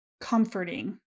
comforting